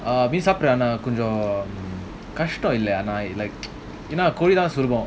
err மீன்சாப்பிடுவேன்ஆனாகொஞ்சம்கஷ்டம்இல்லஆனா:meen sapduven aana konjam kastam illa na like குருடாசொல்வோம்:kuruda solvom